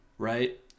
right